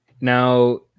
now